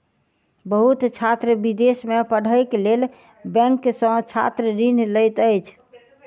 बहुत छात्र विदेश में पढ़ैक लेल बैंक सॅ छात्र ऋण लैत अछि